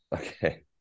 Okay